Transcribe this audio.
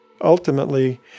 Ultimately